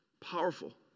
Powerful